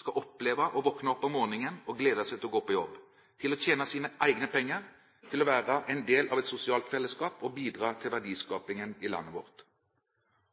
skal oppleve å våkne opp om morgenen og glede seg til å gå på jobb, til å tjene sine egne penger, til å være en del av et sosialt fellesskap og bidra til verdiskapingen i landet vårt.